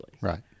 Right